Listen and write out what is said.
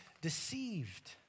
deceived